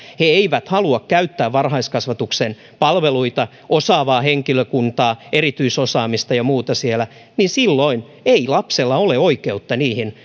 he eivät halua käyttää varhaiskasvatuksen palveluita osaavaa henkilökuntaa erityisosaamista ja muuta siellä niin silloin ei lapsella ole oikeutta niihin